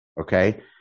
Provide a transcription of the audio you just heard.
Okay